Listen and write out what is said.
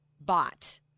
bot